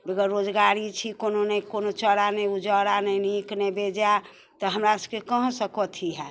बेगर रोजगारी छी कोनो ने कोनो चारा ने गुजारा ने नीक ने बेजाय तऽ हमरा सबके कहाँसँ कथी होयत